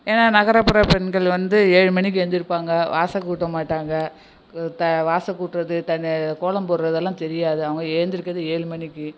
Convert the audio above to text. ஏன்னா நகரப்புற பெண்கள் வந்து ஏழு மணிக்கு எழுந்திருப்பாங்க வாசல் கூட்டமாட்டாங்க த வாச கூட்டுறது தண் கோலம் போடுறது எல்லாம் தெரியாது அவங்க ஏந்திருக்கிறது ஏழு மணிக்கு